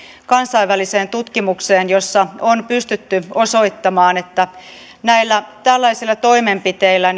kansainväliseen tutkimukseen jossa on pystytty osoittamaan että tällaisilla toimenpiteillä